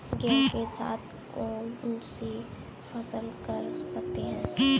गेहूँ के साथ कौनसी फसल कर सकते हैं?